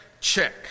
check